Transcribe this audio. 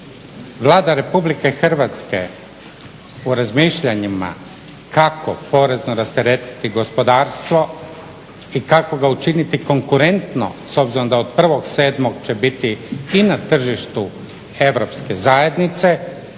Vlada RH u razmišljanjima kako porezno rasteretiti gospodarstvo i kako ga učiniti konkurentno s obzirom da od 1.7. će biti i na tržištu Europske zajednice